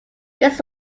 this